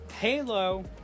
Halo